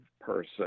person